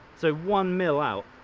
so one mil out,